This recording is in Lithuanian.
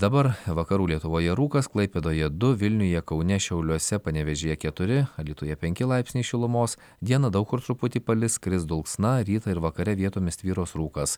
dabar vakarų lietuvoje rūkas klaipėdoje du vilniuje kaune šiauliuose panevėžyje keturi alytuje penki laipsniai šilumos dieną daug kur truputį palis kris dulksna rytą ir vakare vietomis tvyros rūkas